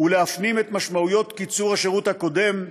ולהפנים את משמעויות קיצור השירות הקודם,